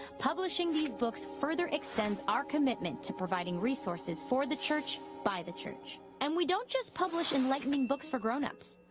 publishing these books further extends our commitment to providing resources for the church, by the church, and we don't just publish enlightening books for grown ups.